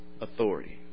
authority